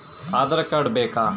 Aadhaar card ಬೇಕಾ?